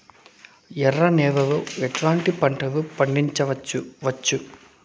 ఎర్ర నేలలో ఎట్లాంటి పంట లు పండించవచ్చు వచ్చు?